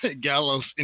Gallo's